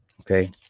Okay